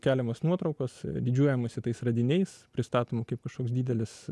keliamos nuotraukos didžiuojamasi tais radiniais pristatoma kaip kažkoks didelis